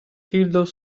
tildor